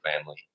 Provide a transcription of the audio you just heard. family